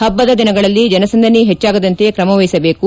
ಪಬ್ಲದ ದಿನಗಳಲ್ಲಿ ಜನಸಂದಣಿ ಹೆಚ್ಚಾಗದಂತೆ ಕ್ರಮವಹಿಸಬೇಕು